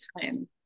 time